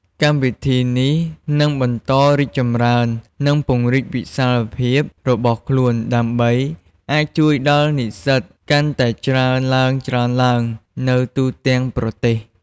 កម្មវិធីនេះនឹងបន្តរីកចម្រើន និងពង្រីកវិសាលភាពរបស់ខ្លួន ដើម្បីអាចជួយដល់និស្សិតកាន់តែច្រើនឡើងៗនៅទូទាំងប្រទេស។